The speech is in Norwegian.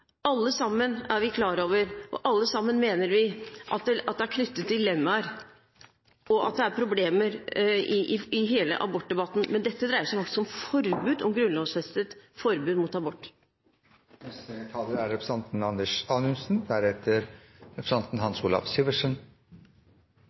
alle klar over – og alle mener – at det er knyttet dilemmaer og problemer til hele abortdebatten, men dette dreier seg faktisk om et grunnlovfestet forbud mot abort.